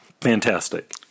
Fantastic